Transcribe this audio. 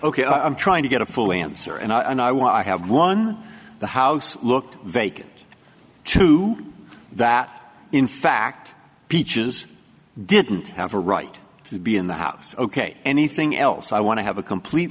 ok i'm trying to get a full answer and i want to have one the house looked vacant too that in fact peaches didn't have a right to be in the house ok anything else i want to have a complete